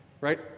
Right